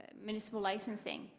municipal licenseing.